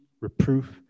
reproof